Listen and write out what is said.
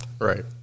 Right